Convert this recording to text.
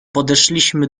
podeszliśmy